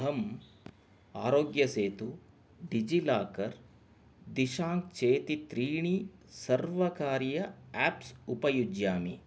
अहं Aarogyasetu DigiLocker दिशां चेति त्रीणि सर्वकार्य आप्स् उपयुज्यामि